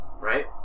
right